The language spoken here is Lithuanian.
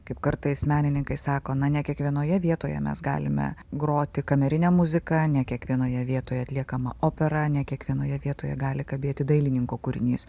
kaip kartais menininkai sako na ne kiekvienoje vietoje mes galime groti kamerinę muziką ne kiekvienoje vietoje atliekama opera ne kiekvienoje vietoje gali kabėti dailininko kūrinys